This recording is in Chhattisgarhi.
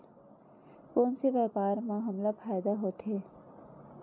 कोन से व्यापार म हमला फ़ायदा होथे?